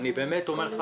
אני אומר לך,